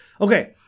Okay